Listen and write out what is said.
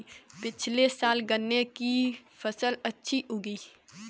पिछले साल गन्ने की अच्छी फसल उगी